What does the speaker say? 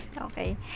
Okay